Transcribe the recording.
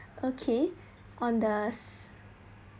okay on the s~